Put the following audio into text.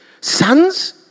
Sons